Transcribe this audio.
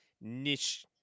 niche